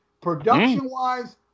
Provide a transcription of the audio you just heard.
production-wise